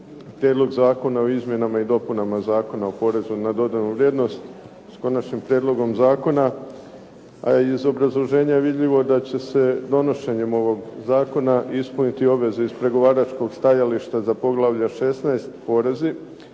Prijedlog zakona o Izmjenama i dopunama Zakona o porezu na dodanu vrijednost s konačnim prijedlogom zakona. A i iz obrazloženja je vidljivo da će se donošenjem ovoga zakona ispuniti obveze iz pregovaračkog stajališta za poglavlje 16 porezi,